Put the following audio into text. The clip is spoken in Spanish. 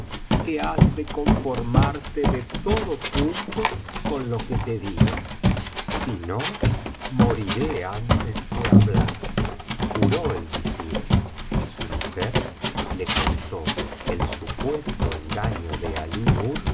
que has de conformarte de todo punto con lo que te diga si no moriré antes que hablar juró el visir y su mujer le contó el supuesto engaño de